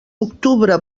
octubre